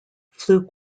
fluke